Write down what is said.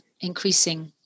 increasing